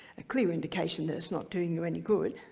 a clear indication that it's not doing you any good.